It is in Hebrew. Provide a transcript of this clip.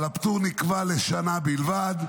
אבל הפטור נקבע לשנה בלבד,